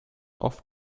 oft